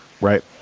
right